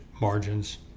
margins